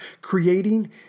creating